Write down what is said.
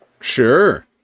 Sure